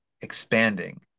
expanding